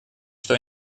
что